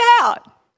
out